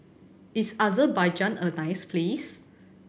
is Azerbaijan a nice place